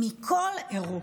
מכל אירופה.